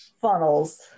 Funnels